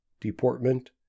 deportment